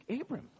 Abram